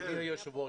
אדוני היושב-ראש,